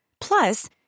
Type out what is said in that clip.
Plus